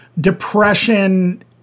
depression